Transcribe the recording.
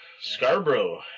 Scarborough